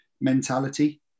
mentality